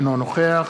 אינו נוכח